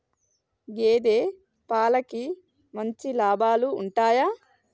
గేదే పాలకి మంచి లాభాలు ఉంటయా?